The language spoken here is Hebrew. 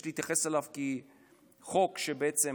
יש להתייחס אליו כחוק שבעצם